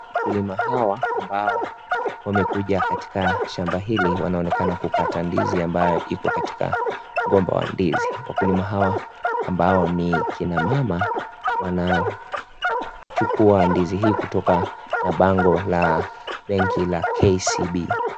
Wakulima wawili wanaoonekana katika shamba hili , wanaonekana kukata ndizi inayoning'inia kutoka kwa mgomba . Nyuma ya kina mama hawa , kuna bango la manjano la benki kuu ya KCB .